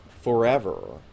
forever